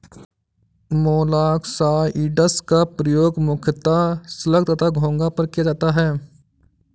मोलॉक्साइड्स का प्रयोग मुख्यतः स्लग तथा घोंघा पर किया जाता है